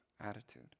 attitude